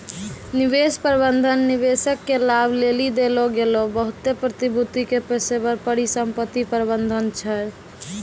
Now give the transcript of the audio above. निवेश प्रबंधन निवेशक के लाभ लेली देलो गेलो बहुते प्रतिभूति के पेशेबर परिसंपत्ति प्रबंधन छै